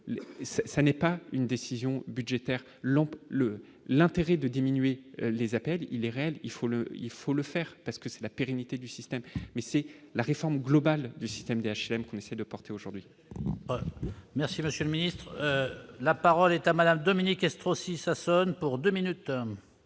ça n'est pas une décision budgétaire lampe le l'intérêt de diminuer les APL il est réel, il faut le il faut le faire parce que c'est la pérennité du système, mais c'est la réforme globale du système d'HLM qu'on essaie de porter aujourd'hui. Merci monsieur le ministre, la parole est à Madame, Dominique est trop si ça sonne pour 2 minutes.